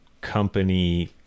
company